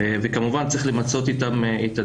וכמובן צריך למצות איתם את הדין.